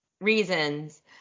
reasons